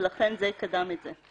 ולכן זה קדם את זה.